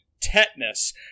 tetanus